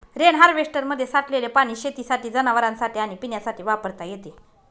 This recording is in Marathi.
रेन हार्वेस्टरमध्ये साठलेले पाणी शेतीसाठी, जनावरांनासाठी आणि पिण्यासाठी वापरता येते